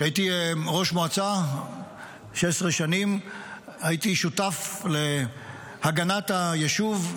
כשהייתי ראש מועצה 16 שנים הייתי שותף להגנת היישוב,